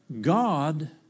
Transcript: God